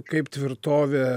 kaip tvirtovė